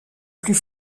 plus